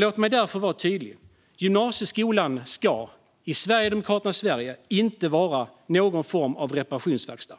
Låt mig därför vara tydlig: Gymnasieskolan ska i Sverigedemokraternas Sverige inte vara någon form av reparationsverkstad.